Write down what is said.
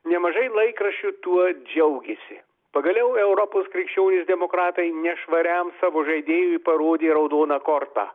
nemažai laikraščių tuo džiaugėsi pagaliau europos krikščionys demokratai nešvariam savo žaidėjui parodė raudoną kortą